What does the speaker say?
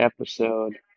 episode